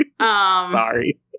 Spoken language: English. Sorry